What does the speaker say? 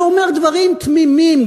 שאומר דברים תמימים,